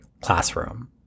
classroom